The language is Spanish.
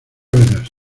veras